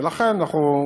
ולכן אנחנו,